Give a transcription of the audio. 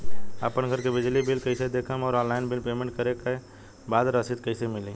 आपन घर के बिजली बिल कईसे देखम् और ऑनलाइन बिल पेमेंट करे के बाद रसीद कईसे मिली?